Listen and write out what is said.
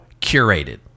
curated